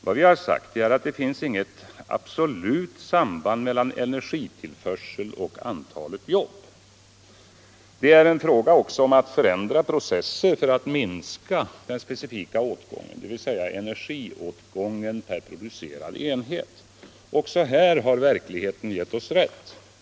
Vad vi har sagt är att det inte finns något absolut samband mellan energitillförseln och antalet jobb. Det är också fråga om att förändra processer för att minska den specifika energiåtgången, dvs. åtgången per producerad enhet. Också här har verkligheten givit oss rätt.